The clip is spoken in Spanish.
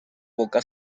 boca